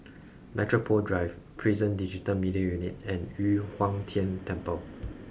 Metropole Drive Prison Digital Media Unit and Yu Huang Tian Temple